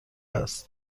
است